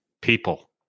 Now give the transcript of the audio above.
people